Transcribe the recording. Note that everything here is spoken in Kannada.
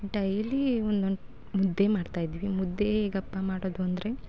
ಡೈಲೀ ಒಂದೊಂದು ಮುದ್ದೆ ಮಾಡ್ತಾಯಿದ್ವಿ ಮುದ್ದೇ ಹೇಗಪ್ಪ ಮಾಡೋದು ಅಂದರೆ